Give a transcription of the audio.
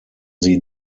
sie